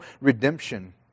redemption